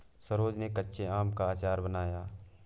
सरोज ने कच्चे आम का अचार बनाया